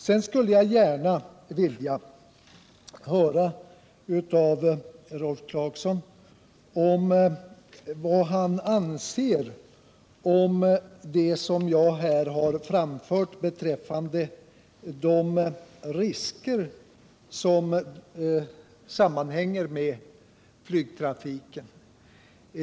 Sedan skulle jag gärna vilja höra vad Rolf Clarkson anser om det som jag här har anfört beträffande de risker som sammanhänger med flygtrafiken.